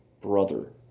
brother